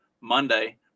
monday